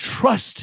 trust